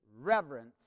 reverence